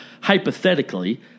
hypothetically